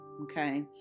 Okay